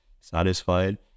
satisfied